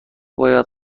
باید